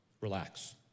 Relax